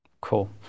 Cool